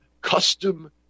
custom